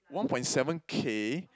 one point seven Kay